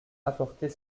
apporter